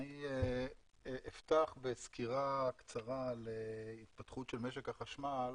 אפתח בסקירה קצרה על התפתחות משק החשמל